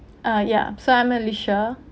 uh yeah so I'm alicia